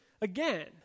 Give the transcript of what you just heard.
again